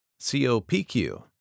COPQ